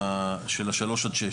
של השלוש עד שש,